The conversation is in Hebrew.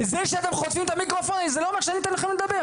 זה שאתם חוטפים את המיקרופונים זה לא אומר שאני אתן לכם לדבר.